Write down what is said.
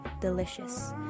Delicious